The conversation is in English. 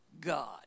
God